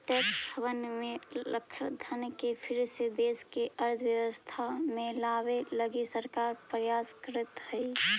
tax haven में रखल धन के फिर से देश के अर्थव्यवस्था में लावे लगी सरकार प्रयास करीतऽ हई